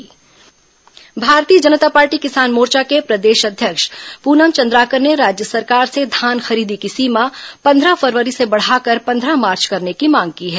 भाजपा धान खरीदी भारतीय जनता पार्टी किसान मोर्चा के प्रदेश अध्यक्ष पूनम चंद्राकर ने राज्य सरकार से धान खरीदी की सीमा पन्द्रह फरवरी से बढ़ाकर पंद्रह मार्च करने की मांग की है